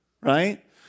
Right